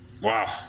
Wow